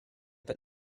but